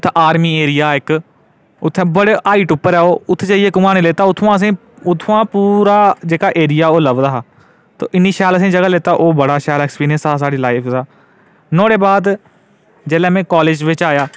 ते army area हा इक उत्थै बड़ी हाईट उप्पर उत्थै असेंगी पूरा जेह्का एरिया लभदा हा इन्नी शैल जगह् असेंगी लेता बड़ा शैल एक्सपीरियंस हा साढ़ी लाईफ दा नुहाड़े बाद जिसलै में कालेज बिच आया